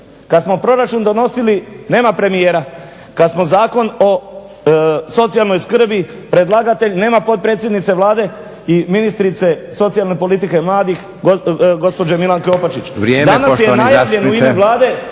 Kad smo proračun donosili nema premijera, kad smo Zakon o socijalnoj skrbi nema potpredsjednice Vlade i ministrice socijalne politike i mladih gospođe Milanke Opačić. **Leko, Josip (SDP)**